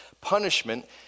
Punishment